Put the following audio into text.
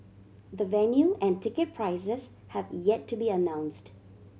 the venue and ticket prices have yet to be announced